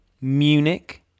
Munich